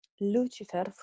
Lucifer